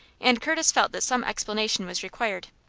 and curtis felt that some explanation was required.